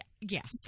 Yes